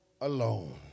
alone